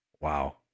Wow